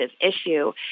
issue